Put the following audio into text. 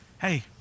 hey